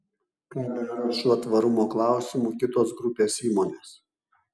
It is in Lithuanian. ką daro šiuo tvarumo klausimu kitos grupės įmonės